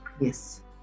Yes